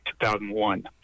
2001